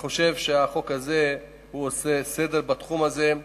אני חושב שהחוק הזה עושה סדר בתחום הזה,